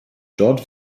dort